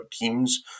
teams